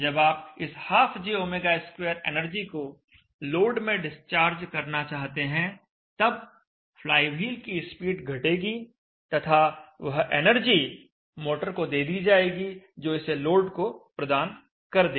जब आप इस ½Jω2 एनर्जी को लोड में डिस्चार्ज करना चाहते हैं तब फ्लाईव्हील की स्पीड घटेगी तथा वह एनर्जी मोटर को दे दी जाएगी जो इसे लोड को प्रदान कर देगी